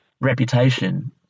reputation